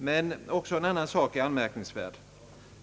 Men också en annan sak är anmärkningsvärd.